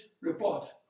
report